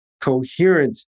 coherent